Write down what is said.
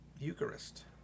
eucharist